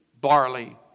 barley